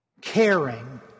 caring